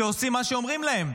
שעושים מה שאומרים להם.